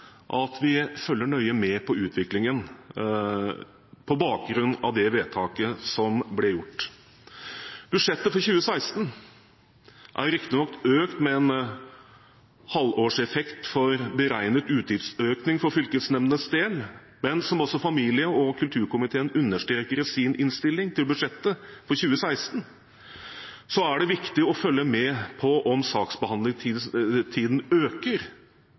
at vi følger nøye med på utviklingen, på bakgrunn av det vedtaket som ble gjort. Budsjettet for 2016 er riktignok økt med en halvårseffekt for beregnet utgiftsøkning for fylkesnemndenes del, men som familie- og kulturkomiteen understreker i sin innstilling til budsjettet for 2016, er det viktig å følge med på om